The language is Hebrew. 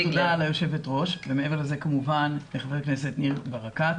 תודה ליושבת-ראש ומעבר לזה כמובן לחבר הכנסת ניר ברקת